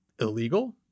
illegal